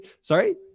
sorry